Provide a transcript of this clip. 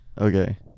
Okay